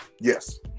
yes